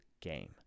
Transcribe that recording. game